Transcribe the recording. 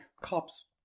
cops